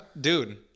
dude